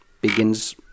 begins